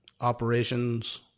operations